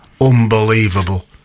unbelievable